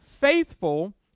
faithful